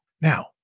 Now